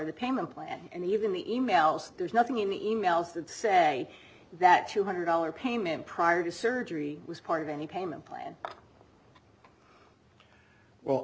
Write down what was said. of the payment plan and even the emails there's nothing in the e mails that say that two hundred dollars payment prior to surgery was part of any payment plan well